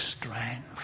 strength